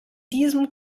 diesem